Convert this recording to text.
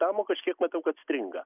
tamo kažkiek matau kad stringa